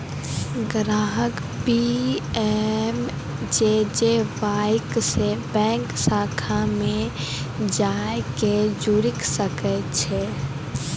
ग्राहक पी.एम.जे.जे.वाई से बैंक शाखा मे जाय के जुड़ि सकै छै